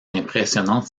impressionnante